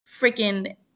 freaking